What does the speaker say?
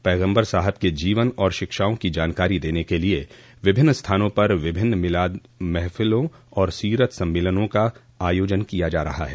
पैगम्बर साहब के जीवन और शिक्षाओं की जानकारी देने के लिए विभिन्न स्थानों पर विभिन्न मिलाद महफिलों और सीरत सम्मलेनों का आयोजन किया जा रहा है